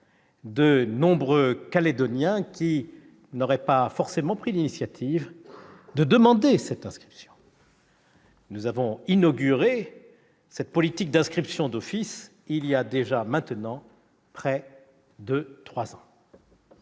de nombreux Calédoniens, qui n'auraient pas forcément pris l'initiative de demander cette inscription. Nous avons inauguré cette politique d'inscription d'office il y a maintenant près de trois ans.